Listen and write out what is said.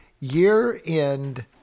year-end